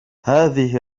هذه